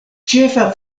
ĉefa